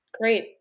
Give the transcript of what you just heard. Great